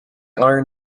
iron